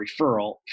referral